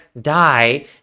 die